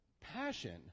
passion